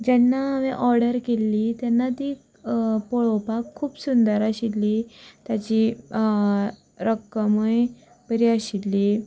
जेन्ना हांवें ओर्डर केली तेन्ना ती पळोवपाक खुप सुंदर आशील्ली त्याची रक्कमूय बरी आशिल्ली